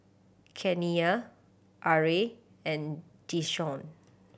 Kenia Arra and Deshawn